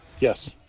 Yes